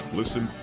listen